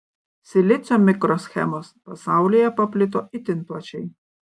silicio mikroschemos pasaulyje paplito itin plačiai